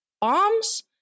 bombs